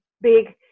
big